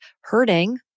hurting